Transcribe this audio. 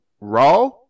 raw